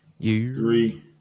three